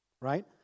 Right